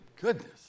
goodness